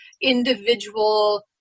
individual